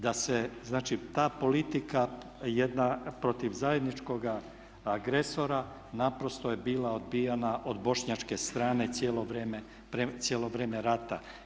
Da se znači ta politika jedna protiv zajedničkoga agresora naprosto je bila odbijana od bošnjačke strane cijelo vrijeme rata.